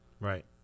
Right